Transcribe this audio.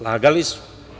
Lagali su.